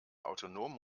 autonomen